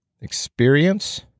experience